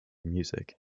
music